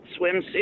swimsuit